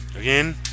again